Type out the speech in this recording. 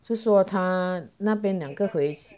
就说他那边两个回